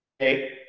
Okay